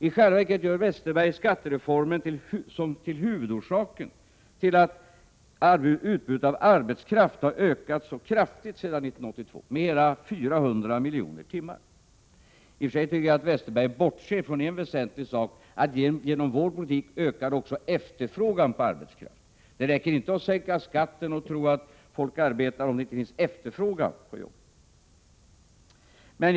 I själva verket gör Bengt Westerberg skattereformen till huvudorsaken till att utbudet av arbetskraft har ökat så kraftigt sedan 1982, med hela 400 000 timmar. I och för sig tycker jag att han bortser från en väsentlig sak, nämligen att genom vår politik ökade också efterfrågan på arbetskraft. Det räcker inte att sänka skatten och tro att folk arbetar, om det inte finns efterfrågan på jobb.